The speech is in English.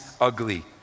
ugly